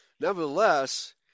nevertheless